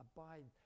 Abide